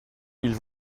ils